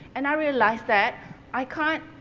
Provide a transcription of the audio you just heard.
and i realized that i can't,